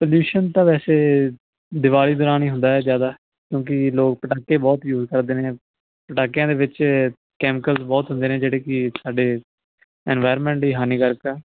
pollution ਤਾਂ ਵੈਸੇ ਦਿਵਾਲੀ ਦੌਰਾਨ ਹੀ ਹੁੰਦਾ ਹੈ ਜ਼ਿਆਦਾ ਕਿਉਂਕਿ ਲੋਕ ਪਟਾਕੇ ਬਹੁਤ ਯੂਜ ਕਰਦੇ ਨੇ ਪਟਾਕਿਆਂ ਦੇ ਵਿੱਚ ਕੈਮੀਕਲਜ਼ ਬਹੁਤ ਹੁੰਦੇ ਨੇ ਜਿਹੜੇ ਕਿ ਸਾਡੇ ਇਨਵਾਇਰਮੈਂਟ ਲਈ ਹਾਨੀਕਾਰਕ ਆ